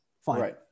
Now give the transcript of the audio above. Fine